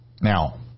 Now